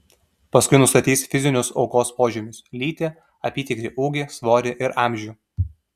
paskui nustatys fizinius aukos požymius lytį apytikrį ūgį svorį ir amžių